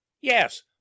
Yes